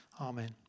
Amen